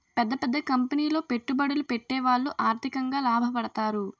పెద్ద పెద్ద కంపెనీలో పెట్టుబడులు పెట్టేవాళ్లు ఆర్థికంగా లాభపడతారు